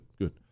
good